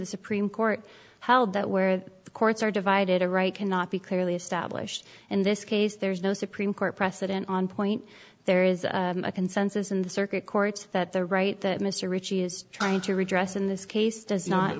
the supreme court held that where the courts are divided a right cannot be clearly established in this case there is no supreme court precedent on point there is a consensus in the circuit court that the right that mr ricci is trying to redress in this case does not